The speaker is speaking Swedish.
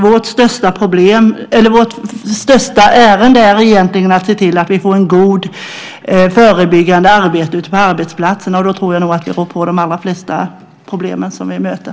Vårt största ärende är egentligen att se till att vi får ett gott förebyggande arbete på arbetsplatserna. Jag tror att vi då rår på de allra flesta problem som vi möter.